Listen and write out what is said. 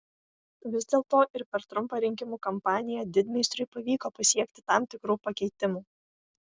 vis dėlto ir per trumpą rinkimų kampaniją didmeistriui pavyko pasiekti tam tikrų pakeitimų